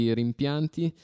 rimpianti